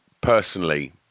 personally